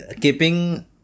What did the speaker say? keeping